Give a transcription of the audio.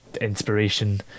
inspiration